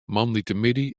moandeitemiddei